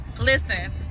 listen